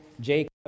jacob